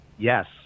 Yes